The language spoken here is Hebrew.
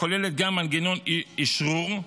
כוללת גם מנגנון אשרור,